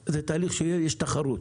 זה תהליך בתחרות.